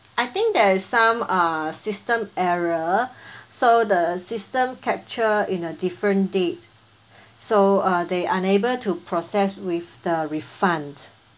I think there is some uh system error so the system capture in a different date so uh they unable to process with the refund